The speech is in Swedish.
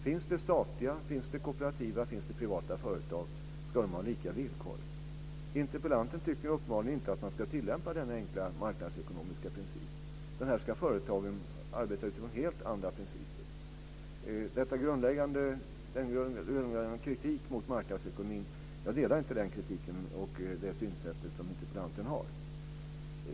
Finns det statliga, kooperativa och privata företag ska de ha lika villkor. Interpellanten tycker uppenbarligen inte att man ska tillämpa denna enkla marknadsekonomiska princip, utan företagen ska arbeta efter helt andra principer. Jag delar inte denna grundläggande kritik mot marknadsekonomin och det synsätt som interpellanten har.